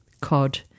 COD